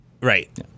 Right